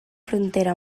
frontera